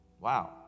Wow